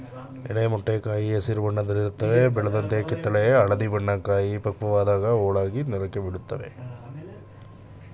ಎಳೆ ಮೊಟ್ಟೆ ಕಾಯಿ ಹಸಿರು ಬಣ್ಣದಲ್ಲಿರುತ್ವೆ ಬೆಳೆದಂತೆ ಕಿತ್ತಳೆ ಹಳದಿ ಬಣ್ಣ ಕಾಯಿ ಪಕ್ವವಾದಾಗ ಹೋಳಾಗಿ ನೆಲಕ್ಕೆ ಬೀಳ್ತವೆ